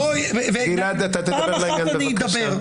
בבקשה.